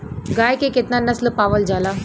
गाय के केतना नस्ल पावल जाला?